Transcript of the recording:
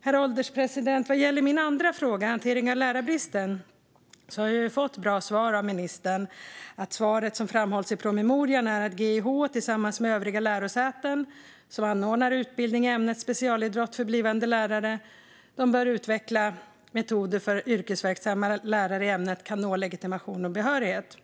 Herr ålderspresident! Vad gäller min andra fråga om hanteringen av lärarbristen har jag fått bra svar av ministern. Svaret som framhålls i promemorian är att GIH tillsammans med övriga lärosäten som anordnar utbildning i ämnet specialidrott för blivande lärare bör utveckla metoder för yrkesverksamma lärare i ämnet att nå legitimation och behörighet.